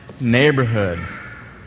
Neighborhood